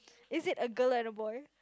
is it a girl and a boy